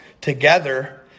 together